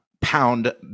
pound